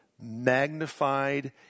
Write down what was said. magnified